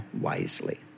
wisely